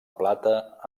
plata